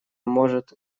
может